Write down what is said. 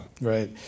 Right